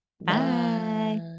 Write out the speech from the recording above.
Bye